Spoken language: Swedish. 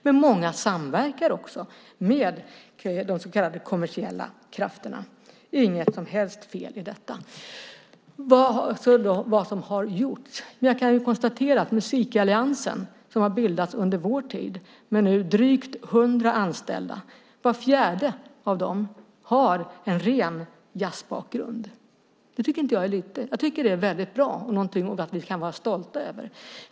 Men många samverkar också med de så kallade kommersiella krafterna. Det är inget som helst fel i detta. Vad har då gjorts? Jag kan konstatera att Musikalliansen som har bildats under vår tid nu har drygt 100 anställda, och var fjärde av dem har en ren jazzbakgrund. Det tycker inte jag är lite. Jag tycker att det är väldigt bra och någonting som vi kan vara stolta över.